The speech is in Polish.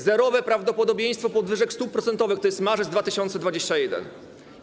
Zerowe prawdopodobieństwo podwyżek stóp procentowych - to jest marzec 2021 r.